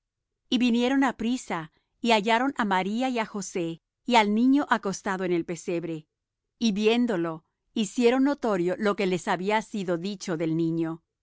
y vinieron apriesa y hallaron á maría y á josé y al niño acostado en el pesebre y viéndolo hicieron notorio lo que les había sido dicho del niño